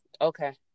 Okay